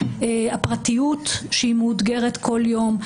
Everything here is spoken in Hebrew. הפרטיות שמאותגרת כל יום.